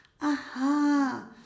Aha